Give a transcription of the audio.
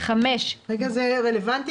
איך יכול להיות שיש